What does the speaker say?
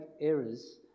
errors